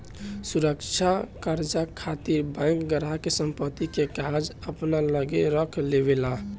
सुरक्षा कर्जा खातिर बैंक ग्राहक के संपत्ति के कागज अपना लगे रख लेवे ला